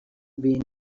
been